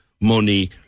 money